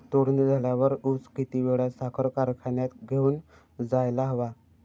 तोडणी झाल्यावर ऊस किती वेळात साखर कारखान्यात घेऊन जायला हवा?